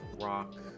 rock